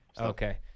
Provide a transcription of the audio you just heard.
Okay